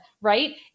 right